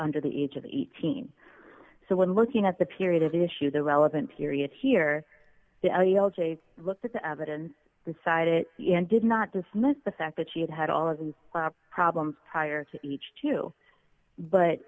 under the age of eighteen so when looking at the period of issue the relevant period here looked at the evidence inside it and did not dismiss the fact that she had had all of these problems prior to each two but